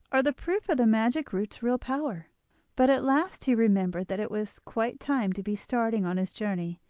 or the proof of the magic root's real power but at last he remembered that it was quite time to be starting on his journey.